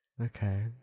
Okay